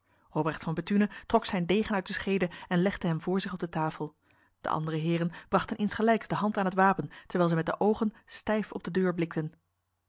robrecht van bethune trok zijn degen uit de schede en legde hem voor zich op de tafel de andere heren brachten insgelijks de hand aan het wapen terwijl zij met de ogen stijf op de deur blikten